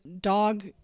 dog